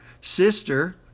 sister